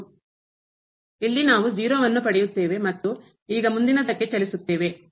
ಮತ್ತು ಇಲ್ಲಿ ನಾವು 0 ಅನ್ನು ಪಡೆಯುತ್ತೇವೆ ಮತ್ತು ಈಗ ಮುಂದಿನದಕ್ಕೆ ಚಲಿಸುತ್ತೇವೆ